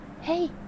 Hey